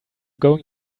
going